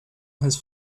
has